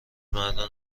مردان